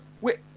Wait